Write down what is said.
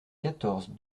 quatorze